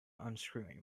unscrewing